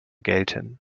gelten